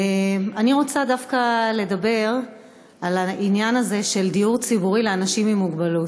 אני רוצה דווקא לדבר על העניין הזה של דיור ציבורי לאנשים עם מוגבלות.